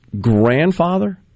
grandfather